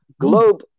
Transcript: Globe